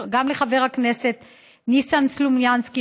לחבר הכנסת ניסן סלומינסקי,